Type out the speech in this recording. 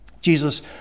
jesus